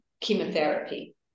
chemotherapy